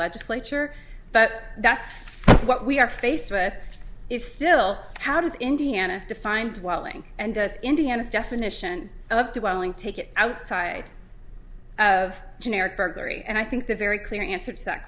legislature but the that's what we are faced with is still how does indiana defined whiling and indiana's definition of dwelling take it outside of generic burglary and i think the very clear answer to that